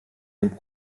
den